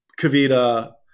Kavita